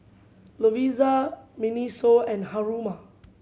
Lovisa MINISO and Haruma